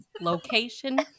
location